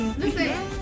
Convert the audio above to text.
Listen